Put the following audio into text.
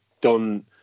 done